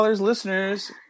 listeners